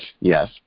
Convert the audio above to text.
yes